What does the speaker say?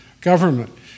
government